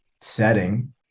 setting